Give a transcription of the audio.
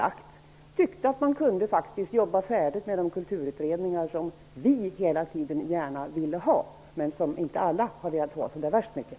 Vi tyckte att man kunde jobba färdigt i de kulturutredningar som vi gärna ville ha, men som inte alla har velat ha så särskilt mycket.